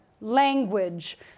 language